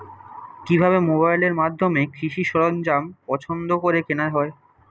কিভাবে মোবাইলের মাধ্যমে কৃষি সরঞ্জাম পছন্দ করে কেনা হয়?